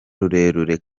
rurerure